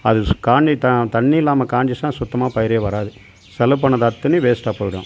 அது சு காணி தா தண்ணி இல்லாமல் காய்ஞ்சுருச்சுன்னா சுத்தமாக பயிரே வராது செலவு பண்ணது அத்தனையும் வேஸ்ட்டாக போயிடும்